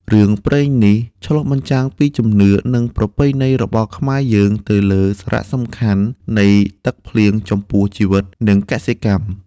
រឿងព្រេងនេះឆ្លុះបញ្ចាំងពីជំនឿ និងប្រពៃណីរបស់ខ្មែរយើងទៅលើសារៈសំខាន់នៃទឹកភ្លៀងចំពោះជីវិត និងកសិកម្ម ។